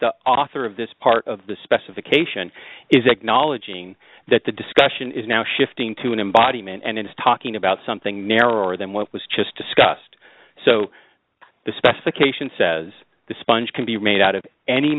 the author of this part of the specification is acknowledging that the discussion is now shifting to an embodiment and is talking about something narrower than what was just discussed so the specification says the sponge can be made out of any